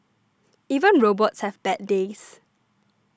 even robots have bad days